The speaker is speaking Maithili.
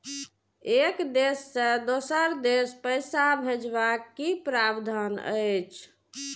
एक देश से दोसर देश पैसा भैजबाक कि प्रावधान अछि??